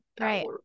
right